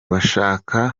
bashaka